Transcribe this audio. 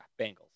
Bengals